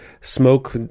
smoke